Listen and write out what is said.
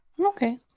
Okay